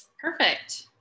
Perfect